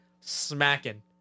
Smacking